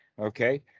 Okay